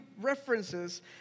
references